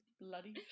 bloody